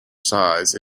size